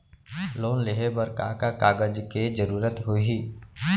Loan लेहे बर का का कागज के जरूरत होही?